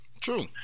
true